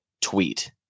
tweet